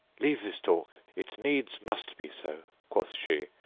leave this talk it needs must be so quoth she,